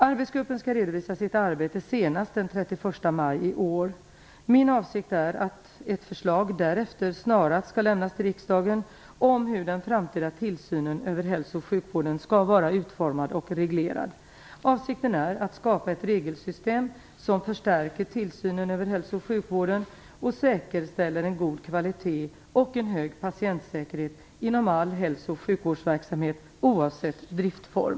Arbetsgruppen skall redovisa sitt arbete senast den 31 maj i år. Min avsikt är att ett förslag därefter snarast skall lämnas till riksdagen om hur den framtida tillsynen över hälso och sjukvården skall vara utformad och reglerad. Avsikten är att skapa ett regelsystem som förstärker tillsynen över hälso och sjukvården och säkerställer en god kvalitet och en hög patientsäkerhet inom all hälso och sjukvårdsverksamhet oavsett driftsform.